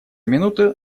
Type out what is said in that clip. минуту